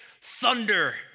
thunder